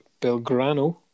Belgrano